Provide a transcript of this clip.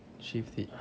shaved head